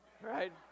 right